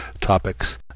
topics